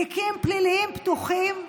תיקים פליליים פתוחים בגלל,